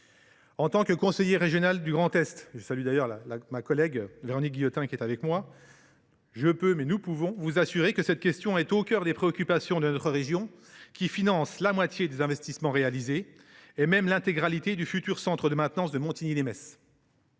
En tant que conseiller régional de la région Grand Est – je salue d’ailleurs ma collègue Véronique Guillotin, ici présente –, je puis vous assurer que cette question est au cœur des préoccupations de notre région, qui finance la moitié des investissements réalisés, et même l’intégralité du futur centre de maintenance de Montigny lès Metz.